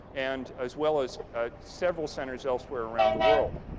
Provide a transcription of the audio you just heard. and as well as at several centers elsewhere around the world.